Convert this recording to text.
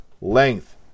length